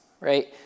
right